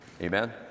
Amen